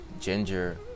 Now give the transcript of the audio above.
ginger